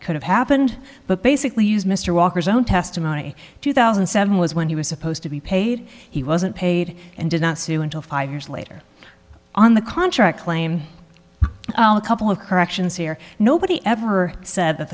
could have happened but basically as mr walker's own testimony two thousand and seven was when he was supposed to be paid he wasn't paid and did not sue until five years later on the contract claimed the couple of corrections here nobody ever said that